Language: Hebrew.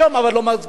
זאת אומרת,